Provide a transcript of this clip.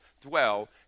dwell